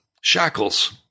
Shackles